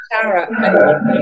Sarah